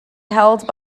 held